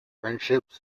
friendships